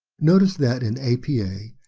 notice that in apa,